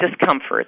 discomfort